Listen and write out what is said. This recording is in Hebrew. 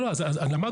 למדנו.